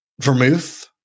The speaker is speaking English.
vermouth